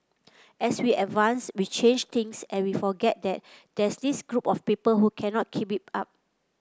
as we advance we change things and we forget that there's this group of people who cannot keep it up